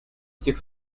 этих